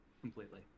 Completely